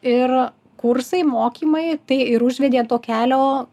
ir kursai mokymai tai ir užvedė ant to kelio